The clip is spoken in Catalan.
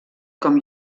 com